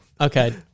Okay